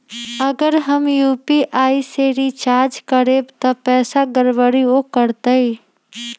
अगर हम यू.पी.आई से रिचार्ज करबै त पैसा गड़बड़ाई वो करतई?